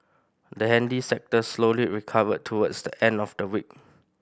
the handy sector slowly recovered towards the end of the week